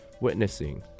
witnessing